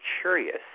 curious